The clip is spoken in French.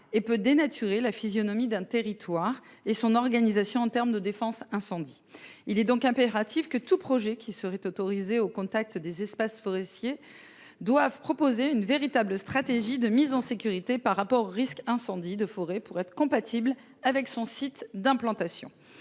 et peu dénaturer la physionomie d'un territoire et son organisation en terme de défense incendie. Il est donc impératif que tout projet qui seraient autorisés au contact des espaces forestiers doivent proposer une véritable stratégie de mise en sécurité par rapport risque incendies de forêt pour être compatible avec son site d'implantation